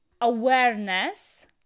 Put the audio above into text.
awareness